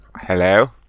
Hello